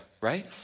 right